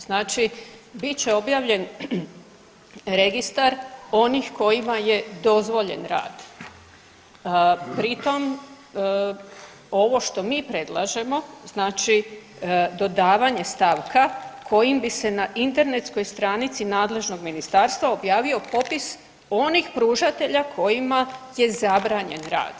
Znači bit će objavljen registar onih kojima je dozvoljen rad pri tom ovo što mi predlažemo znači dodavanje stavka kojim bi se na internetskoj stranici nadležnog ministarstva objavio popis onih pružatelja kojima je zabranjen rad.